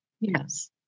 Yes